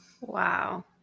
Wow